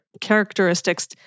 characteristics